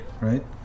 right